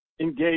engage